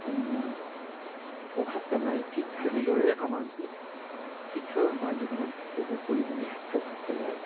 প্ৰভাৱ পেলায় ঠিক তেনেদৰে অনানুষ্ঠানিক শিক্ষাই আমাৰ জীৱনত বহু পৰিমাণে প্ৰভাৱ পেলায়